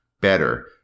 better